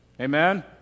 Amen